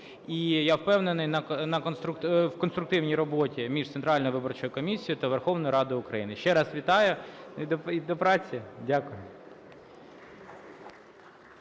І я впевнений в конструктивній роботі між Центральною виборчою комісією та Верховною Радою України. Ще раз вітаю. І до праці. Дякую.